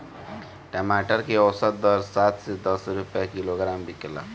टमाटर के औसत दर सात से दस रुपया किलोग्राम बिकला?